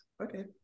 Okay